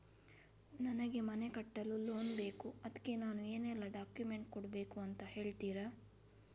ನನಗೆ ಮನೆ ಕಟ್ಟಲು ಲೋನ್ ಬೇಕು ಅದ್ಕೆ ನಾನು ಏನೆಲ್ಲ ಡಾಕ್ಯುಮೆಂಟ್ ಕೊಡ್ಬೇಕು ಅಂತ ಹೇಳ್ತೀರಾ?